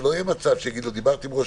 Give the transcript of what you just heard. שלא יהיה מצב שיגידו: דיברתי עם ראש